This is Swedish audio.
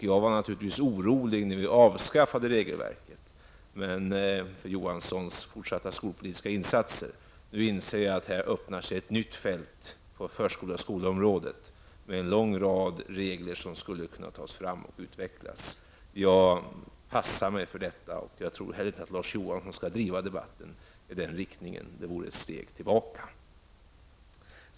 Jag var naturligtvis när vi avskaffade regelverket orolig för herr Johanssons fortsatta skolpolitiska insatser, men nu inser jag att det här öppnar sig ett nytt fält, på förskole och skolområdet, med en lång rad regler som skulle kunna tas fram och utvecklas. Jag passar mig för detta, och jag tycker inte heller att Larz Johansson skall driva debatten i den riktningen. Det vore ett steg tillbaka.